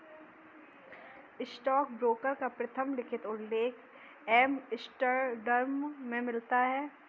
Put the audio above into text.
stockbroker का प्रथम लिखित उल्लेख एम्स्टर्डम में मिलता है